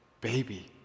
baby